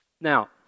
Now